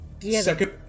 Second